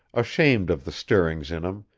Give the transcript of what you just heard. ashamed of the stirrings in him,